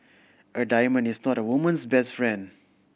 a diamond is not a woman's best friend